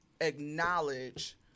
acknowledge